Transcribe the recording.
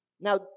Now